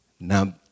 now